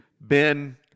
Ben